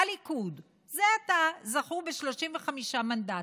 הליכוד, זה עתה זכו ב-35 מנדטים,